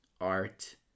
art